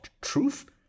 truth